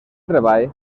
treball